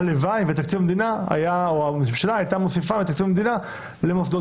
הלוואי והממשלה הייתה מוסיפה מתקציב המדינה למוסדות